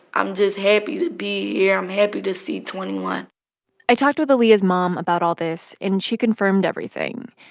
i'm just happy to be here. i'm happy to see twenty one point i talked with aaliyah's mom about all this, and she confirmed everything.